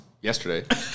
yesterday